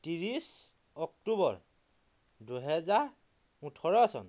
ত্ৰিছ অক্টোবৰ দুহেজাৰ ওঠৰ চন